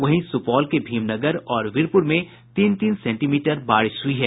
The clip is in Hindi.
वहीं सुपौल के भीम नगर और वीरपुर में तीन तीन सेंटीमीटर बारिश हुई है